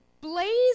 blaze